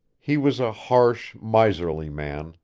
he was a harsh, miserly man,